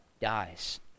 dies